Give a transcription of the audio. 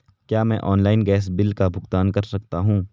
क्या मैं online gas bill का भुगतान कर सकता हूँ?